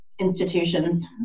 institutions